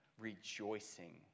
rejoicing